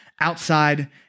outside